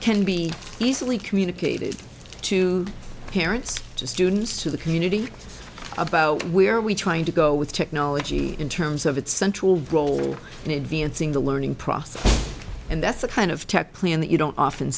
can be easily communicated to parents to students to the community about where we're trying to go with technology in terms of its central role in advancing the learning process and that's the kind of tech plan that you don't often